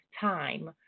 time